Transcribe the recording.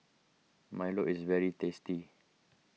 Milo is very tasty